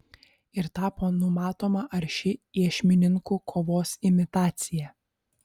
ir tapo numatoma arši iešmininkų kovos imitacija